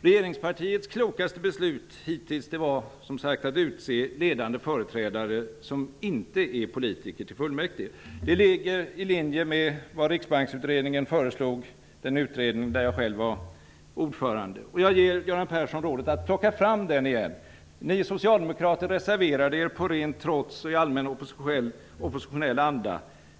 Regeringspartiets hittills klokaste beslut var att till fullmäktige utse ledande företrädare som inte är politiker. Det ligger i linje med vad Riksbanksutredningen föreslog, den utredningen där jag själv var ordförande. Jag ger Göran Persson rådet att plocka fram den utredningen igen. Ni socialdemokrater reserverade er på ren trots i allmän oppositionell anda.